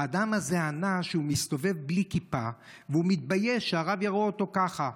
האדם הזה ענה שהוא מסתובב בלי כיפה ושהוא מתבייש שהרב יראה אותו ככה.